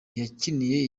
yakiniye